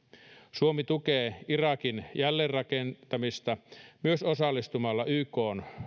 suomi tukee irakin jälleenrakentamista myös osallistumalla ykn